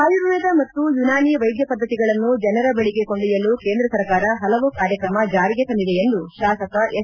ಆಯುರ್ವೇದ ಮತ್ತು ಯುನಾನಿ ವೈದ್ಯ ಪದ್ಧತಿಗಳನ್ನು ಜನರ ಬಳಿಗೆ ಕೊಂಡೊಯ್ಯಲು ಕೇಂದ್ರ ಸರ್ಕಾರ ಹಲವು ಕಾರ್ಯಕ್ರಮ ಜಾರಿಗೆ ತಂದಿದೆ ಎಂದು ಶಾಸಕ ಎಸ್